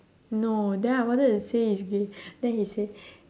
no then I wanted to say he's gay then he said